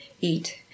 eat